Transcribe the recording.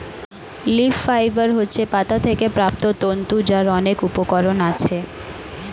leaf fibre হচ্ছে পাতা থেকে প্রাপ্ত তন্তু যার অনেক উপকরণ আছে